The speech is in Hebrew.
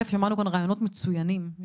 שמענו גם רעיונות מצוינים.